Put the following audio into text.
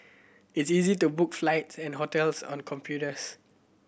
it is easy to book flights and hotels on computers